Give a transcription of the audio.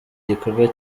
gikorwa